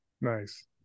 nice